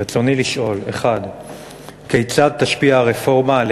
רצוני לשאול: 1. כיצד תשפיע הרפורמה על